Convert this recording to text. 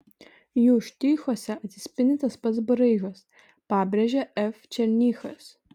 jų štrichuose atsispindi tas pats braižas pabrėžė f černychas